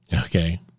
Okay